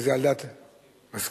זה על דעת, מסכים.